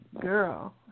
girl